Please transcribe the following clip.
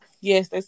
Yes